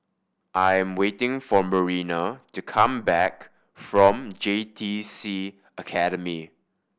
I am waiting for Marina to come back from J T C Academy